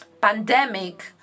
pandemic